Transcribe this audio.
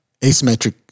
asymmetric